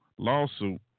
lawsuit